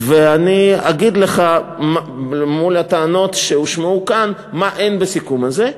אני אגיד לך מול הטענות שהושמעו כאן מה אין בסיכום הזה.